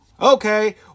okay